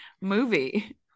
movie